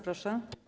Proszę.